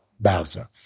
Bowser